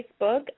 Facebook